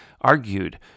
argued